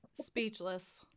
speechless